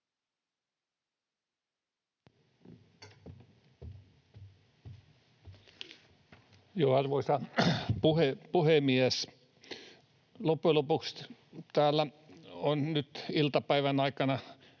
Arvoisa puhemies! Loppujen lopuksi täällä on nyt iltapäivän aikana